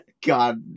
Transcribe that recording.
God